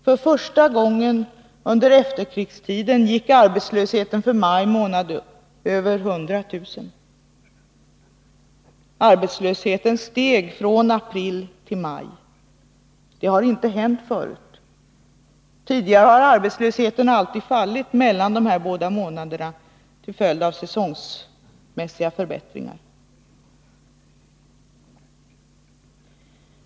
För första gången under efterkrigstiden gick arbetslösheten för maj månad över 100 000. Arbetslösheten steg från april till maj. Det har inte hänt förut. Tidigare har arbetslösheten alltid fallit mellan de båda månaderna till följd av säsongmässiga förbättringar.